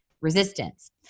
resistance